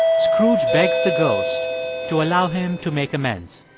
scrooge begs the ghost to allow him to make amends